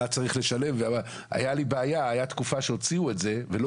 הייתה לי בעיה - הייתה תקופה שהוציאו את זה ולא